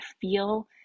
feel